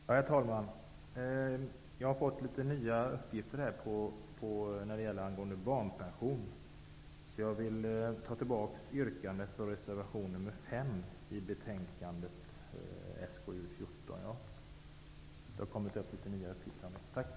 Herr talman! Jag har fått litet nya uppgifter när det gäller barnpension. Jag vill därför ta tillbaka mitt yrkande om bifall till reservation 5 i skatteutskottets betänkande 14.